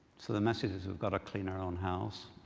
so the message is we've got to clean our own house.